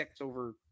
over